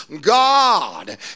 God